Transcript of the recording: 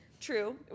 True